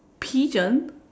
pigeon